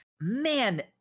man